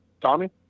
Tommy